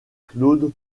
claude